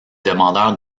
demandeurs